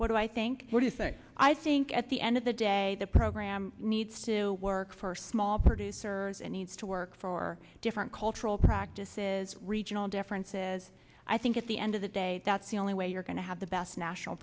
what you think i think at the end of the day the program needs to work for small producers and needs to work for different cultural practices regional differences i think at the end of the day that's the only way you're going to have the best national